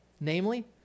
Namely